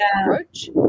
approach